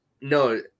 No